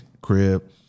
crib